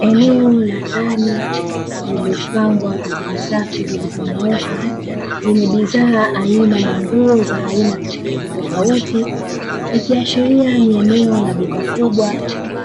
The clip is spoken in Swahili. Eneo la ndani lililopangwa katika safu zilizonyooka, zenye bidhaa aina ya nguo za aina tofautitofauti. Ikiashiria ni eneo la duka kubwa